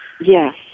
Yes